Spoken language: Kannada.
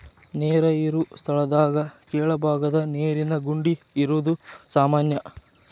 ನೇರ ಇರು ಸ್ಥಳದಾಗ ಕೆಳಬಾಗದ ನೇರಿನ ಗುಂಡಿ ಇರುದು ಸಾಮಾನ್ಯಾ